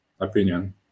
opinion